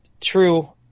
true